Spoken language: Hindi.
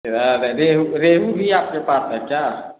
ह र रोहू रोहू भी आपके पास है क्या